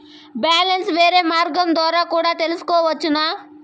Balance వేరే మార్గం ద్వారా కూడా తెలుసుకొనొచ్చా?